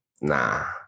Nah